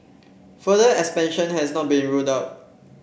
further expansion has not been ruled out